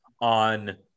on